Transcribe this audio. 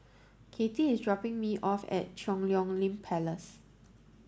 Katy is dropping me off at Cheang Hong Lim Place